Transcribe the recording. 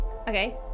Okay